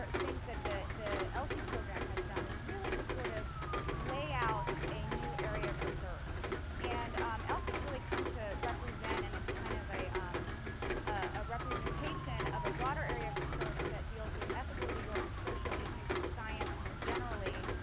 things that the the lc program has done is really to sort of lay out a new area of research and lc has really come to represent and it's kind of a um ah representation of a broader area of research that deals with ethical, legal and social issues in science more generally,